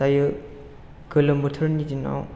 जायो गोलोम बोथोरनि दिनाव